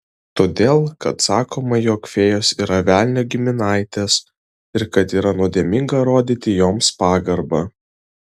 todėl kad sakoma jog fėjos yra velnio giminaitės ir kad yra nuodėminga rodyti joms pagarbą